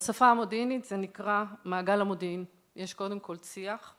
בשפה המודיעינית זה נקרא מעגל המודיעין, יש קודם כל שיח